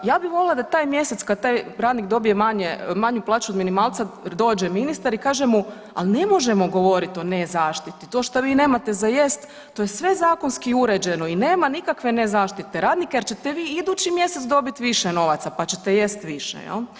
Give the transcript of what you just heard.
Ja bi volila da taj mjesec kad taj radnik dobije manju plaću od minimalca dođe ministar i kaže mu al ne možemo govorit o nezaštiti, to što vi nemate za jest to je sve zakonski uređeno i nema nikakve nezaštite radnika jer ćete vi idući mjesec dobit više novaca, pa ćete jest više, jel.